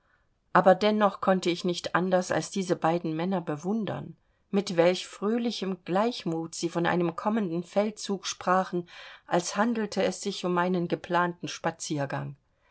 aber dennoch konnte ich nicht anders als diese beiden männer bewundern mit welche fröhlichem gleichmut sie von einem kommenden feldzug sprachen als handelte es sich um einen geplanten spaziergang